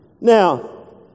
Now